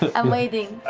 i'm waiting.